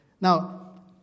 Now